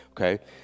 okay